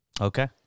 Okay